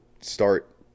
start